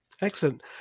Excellent